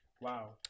Wow